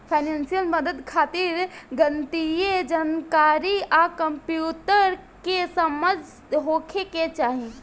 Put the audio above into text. financial मदद खातिर गणितीय जानकारी आ कंप्यूटर के समझ होखे के चाही